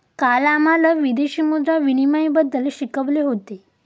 काल आम्हाला विदेशी मुद्रा विनिमयबद्दल शिकवले होते